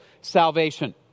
salvation